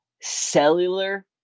cellular